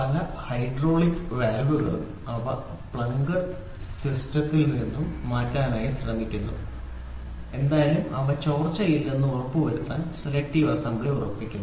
പല ഹൈഡ്രോളിക് വാൽവുകളും സിലിണ്ടറും പിസ്റ്റണും വാൽവും എന്തായാലും അവ ചോർച്ചയില്ലെന്ന് ഉറപ്പുവരുത്താൻ സെലക്ടീവ് അസംബ്ലി ചെയ്യാൻ ശ്രമിക്കുന്നു